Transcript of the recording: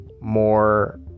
more